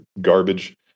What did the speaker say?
garbage